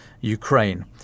Ukraine